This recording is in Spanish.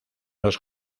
los